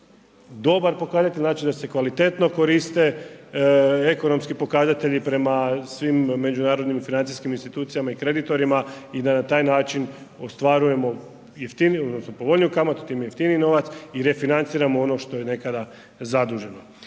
dobar pokazatelj, znači da se kvalitetno koriste ekonomski pokazatelji prema svim međunarodnim financijskim institucijama i kreditorima i na taj način ostvarujemo jeftiniju odnosno povoljniju kamatu, time jeftiniji novac i refinanciramo ono što je nekada zaduženo.